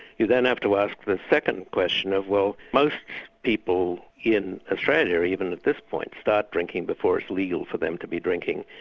you then have to ask the second question of well, most people in australia even at this point, start drinking before it's legal for them to be drinking.